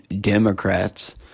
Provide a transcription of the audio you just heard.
Democrats